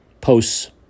posts